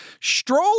Stroll